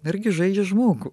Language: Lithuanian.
irgi žaidžia žmogų